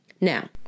Now